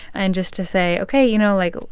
and just to say, ok, you know, like,